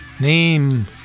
name